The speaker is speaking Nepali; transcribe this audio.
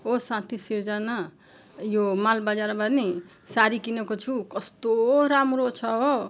ओ साथी सिर्जना यो मालबजारमा नि सारी किनेको छु कस्तो राम्रो छ हो